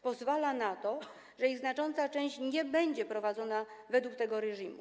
Pozwala na to, że ich znacząca część nie będzie prowadzona według tego reżimu.